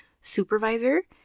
supervisor